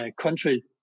country